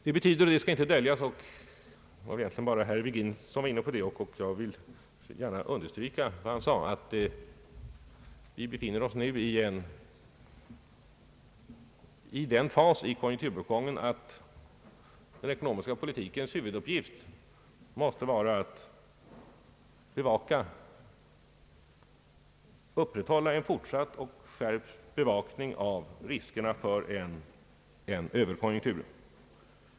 Det skall inte döljas att denna utbildning betyder — herr Virgin var inne på det, och jag vill gärna understryka vad han sade — att vi nu befinner oss i den fas av konjunkturuppgången där den ekonomiska politikens huvuduppgift måste vara att upprätthålla en fortsatt och skärpt bevakning av riskerna för en Överkonjunktur.